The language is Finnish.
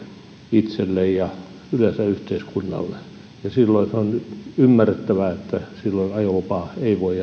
itselle ja yleensä yhteiskunnalle silloin on ymmärrettävää että ajolupaa ei voi